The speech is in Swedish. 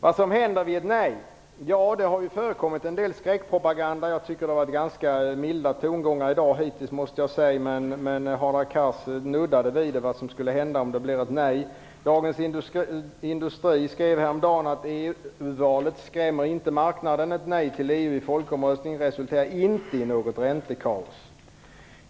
Vad händer om det blir ett nej? Det har förekommit en del skräckpropaganda. Jag tycker att det hittills har varit ganska milda tongångar i dag, men Hadar Cars nuddade vid vad som skulle hända om det blir ett nej. Dagens Industri skrev häromdagen att EU-valet inte skrämmer marknaden och att ett nej till EU i folkomröstningen inte resulterar i något räntekaos.